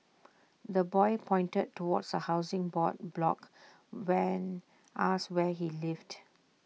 the boy pointed towards A Housing Board block when asked where he lived